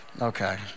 Okay